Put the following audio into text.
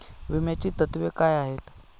विम्याची तत्वे काय आहेत?